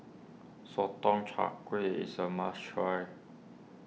Sotong Char Kway is a must try